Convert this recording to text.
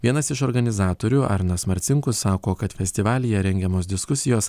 vienas iš organizatorių arnas marcinkus sako kad festivalyje rengiamos diskusijos